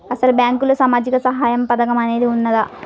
అసలు బ్యాంక్లో సామాజిక సహాయం పథకం అనేది వున్నదా?